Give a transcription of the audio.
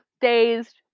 dazed